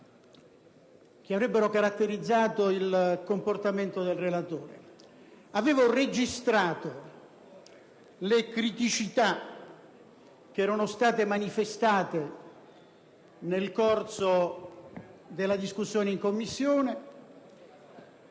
che avrebbero caratterizzato il comportamento del relatore. Ho registrato le criticità che erano state manifestate nel corso della discussione in Commissione